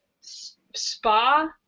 Spa